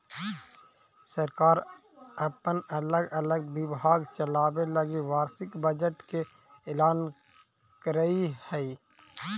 सरकार अपन अलग अलग विभाग चलावे लगी वार्षिक बजट के ऐलान करऽ हई